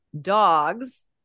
dogs